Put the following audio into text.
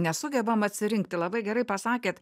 nesugebam atsirinkti labai gerai pasakėt